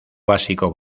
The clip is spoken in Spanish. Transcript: básico